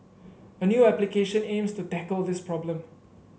a new application aims to tackle this problem